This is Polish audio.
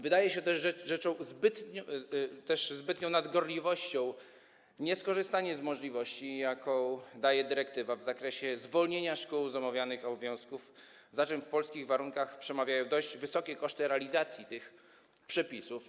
Wydaje się też zbytnią nadgorliwością nieskorzystanie z możliwości, jaką daje dyrektywa, w zakresie zwolnienia szkół z omawianych obowiązków, za czym w polskich warunkach przemawiają dość wysokie koszty realizacji tych przepisów.